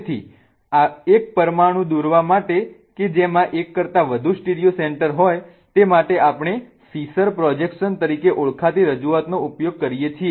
તેથી એક પરમાણુ દોરવા માટે કે જેમાં એક કરતા વધુ સ્ટીરિયો સેન્ટર હોય તે માટે આપણે ફિશર પ્રોજેક્શન તરીકે ઓળખાતી રજૂઆતનો ઉપયોગ કરીએ છીએ